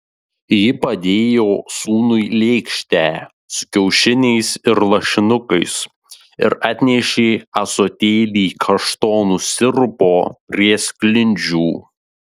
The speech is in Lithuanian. ji padėjo sūnui lėkštę su kiaušiniais ir lašinukais ir atnešė ąsotėlį kaštonų sirupo prie sklindžių